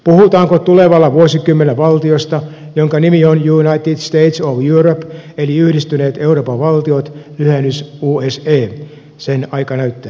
puhutaanko tulevalla vuosikymmenellä valtiosta jonka nimi on united states of europe eli yhdistyneet euroopan valtiot lyhennys use sen aika näyttää